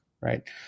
Right